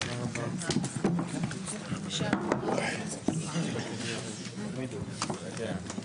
הישיבה ננעלה בשעה 10:55.